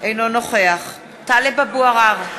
אינו נוכח טלב אבו עראר,